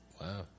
Wow